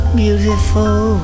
beautiful